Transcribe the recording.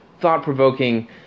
Thought-provoking